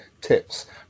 tips